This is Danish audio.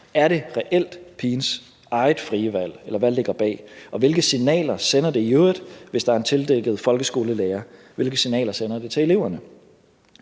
Er det reelt pigens eget frie valg, eller hvad ligger bag? Og hvilke signaler sender det i øvrigt, hvis der er en tildækket folkeskolelærer – hvilke signaler sender det til eleverne?